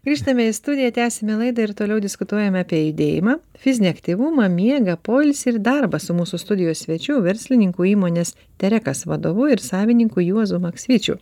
grįžtame į studiją tęsiame laidą ir toliau diskutuojame apie judėjimą fizinį aktyvumą miegą poilsį ir darbą su mūsų studijos svečiu verslininku įmonės terekas vadovu ir savininku juozu maksvyčiu